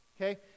Okay